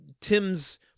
Tim's